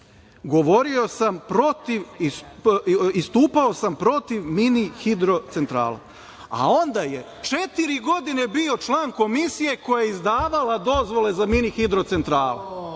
govorio sam protiv, istupao sam protiv mini hidrocentrala, a onda je 4 godine bio član Komisije koja je njemu izdavala dozvole za mini hidrocentrale. Znači,